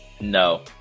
No